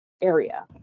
area